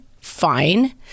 Fine